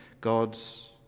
God's